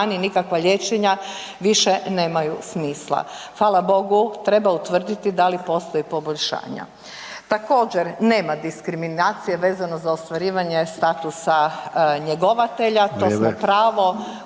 nikakva liječenja više nemaju smisla. Hvala Bogu treba utvrditi da li postoji poboljšanja. Također, nema diskriminacije vezano za ostvarivanje statusa njegovatelja …/Upadica: